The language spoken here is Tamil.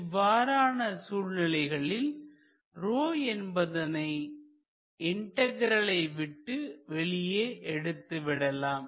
இவ்வாறான சூழ்நிலைகளில் என்பதனை இன்டகிரலை விட்டு வெளியே எடுத்துவிடலாம்